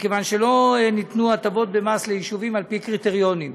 מכיוון שלא ניתנו הטבות במס ליישובים על פי קריטריונים,